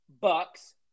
Bucks